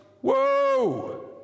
Whoa